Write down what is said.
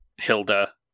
Hilda